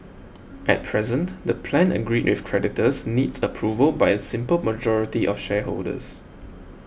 at present the plan agreed with creditors needs approval by a simple majority of shareholders